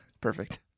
perfect